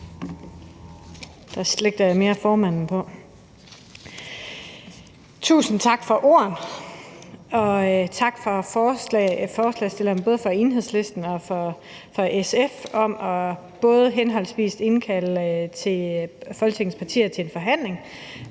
Tusind tak for ordet, og tak til forslagsstillerne fra Enhedslisten og fra SF om at indkalde Folketingets partier til en forhandling